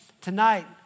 tonight